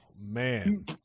man